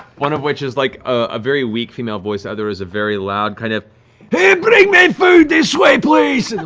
one of which is like a very weak female voice, the other is a very loud kind of hey, bring me food this way, please! and the